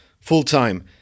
full-time